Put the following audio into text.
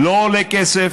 זה לא עולה כסף,